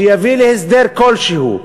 שיביא להסדר כלשהו,